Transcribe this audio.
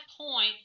point